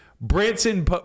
Branson